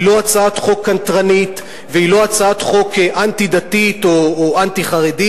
היא לא הצעת חוק קנטרנית והיא לא הצעת חוק אנטי-דתית או אנטי-חרדית,